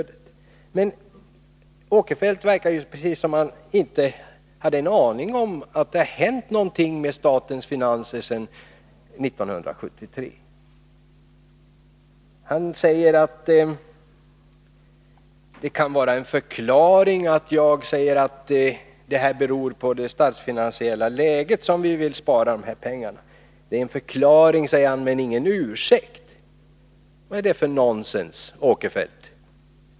Det verkar precis som om Sven Eric Åkerfeldt inte har en aning om att det sedan 1973 har hänt någonting med statens finanser. Mitt besked att det är på grund av det statsfinansiella läget som vi vill spara dessa pengar kan enligt Sven Eric Åkerfeldt vara en förklaring men ingen ursäkt. Vad är det för nonsens, Sven Eric Åkerfeldt?